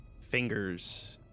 fingers